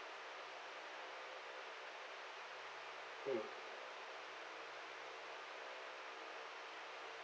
mm